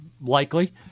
likely